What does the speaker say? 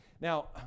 Now